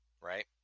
right